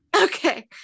Okay